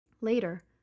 Later